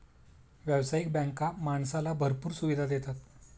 व्यावसायिक बँका माणसाला भरपूर सुविधा देतात